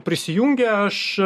prisijungė aš